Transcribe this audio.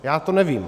Já to nevím.